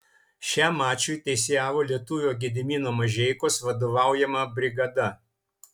šiam mačui teisėjavo lietuvio gedimino mažeikos vadovaujama brigada